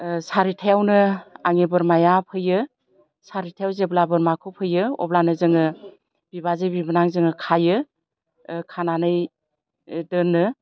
सारिथायावनो आंनि बोरमाया फैयो सारिथायाव जेब्ला बोरमाखौ फैयो अब्लानो जोङो बिबाजै बिबोनां जोङो खायो खानानै दोनो